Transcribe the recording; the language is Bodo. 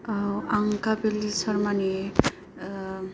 औ आं कपिल शर्मानि ओ